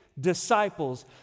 disciples